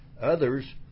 others